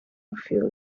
few